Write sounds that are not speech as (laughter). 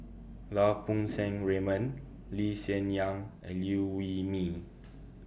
Lau Poo Seng (noise) Raymond Lee Hsien Yang and Liew Wee Mee (noise)